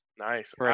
Nice